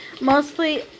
mostly